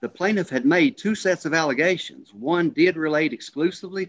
the plaintiff had made two sets of allegations one did relate exclusively